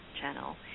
Channel